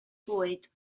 bwyd